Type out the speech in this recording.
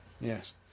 Yes